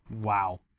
Wow